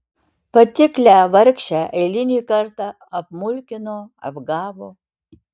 patiklią vargšę eilinį kartą apmulkino apgavo